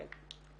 כן.